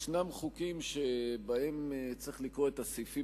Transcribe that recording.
יש חוקים שבהם צריך לקרוא את הסעיפים